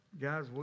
guys